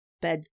bed